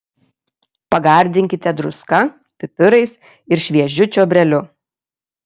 pagardinkite druska pipirais ir šviežiu čiobreliu